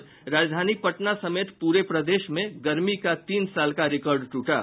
और राजधानी पटना समेत पूरे प्रदेश में गर्मी का तीन साल का रिकार्ड टूटा